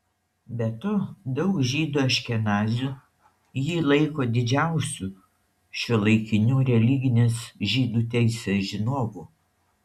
be to daug žydų aškenazių jį laiko didžiausiu šiuolaikiniu religinės žydų teisės žinovu